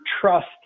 trust